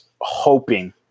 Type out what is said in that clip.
hoping